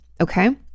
okay